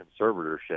conservatorship